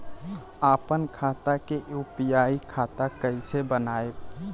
आपन खाता के यू.पी.आई खाता कईसे बनाएम?